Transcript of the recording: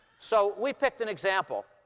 so we picked an example.